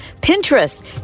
Pinterest